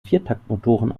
viertaktmotoren